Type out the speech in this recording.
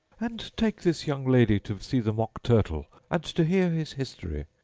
and take this young lady to see the mock turtle, and to hear his history.